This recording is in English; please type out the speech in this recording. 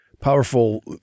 powerful